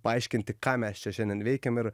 paaiškinti ką mes čia šiandien veikiam ir